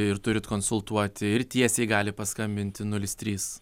ir turit konsultuoti ir tiesiai gali paskambinti nulis trys